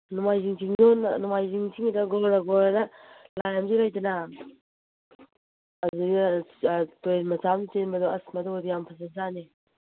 ꯅꯣꯡꯃꯥꯏꯖꯤꯡ ꯆꯤꯡꯗꯣꯟ ꯅꯣꯡꯃꯥꯏꯖꯤꯡ ꯆꯤꯡꯒꯤꯗ ꯂꯥꯏ ꯑꯃꯗꯤ ꯂꯩꯗꯅ ꯑꯗꯨꯗꯩꯗ ꯇꯨꯔꯦꯟ ꯃꯆꯥ ꯑꯃ ꯆꯦꯟꯕꯗꯣ ꯑꯁ ꯃꯗꯨꯒꯗꯤ ꯌꯥꯝ ꯐꯖꯖꯥꯠꯅꯤ